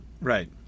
Right